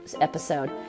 episode